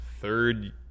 third